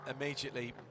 Immediately